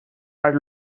are